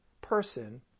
person